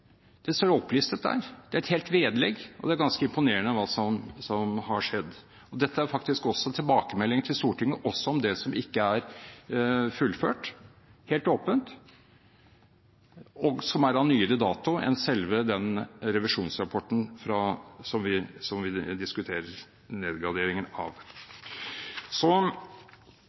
Det står opplistet der og er et helt vedlegg, og det er ganske imponerende hva som har skjedd. Dette er faktisk tilbakemeldinger til Stortinget – også om det som ikke er fullført, helt åpent – og er av nyere dato enn selve den revisjonsrapporten som vi diskuterer nedgraderingen av.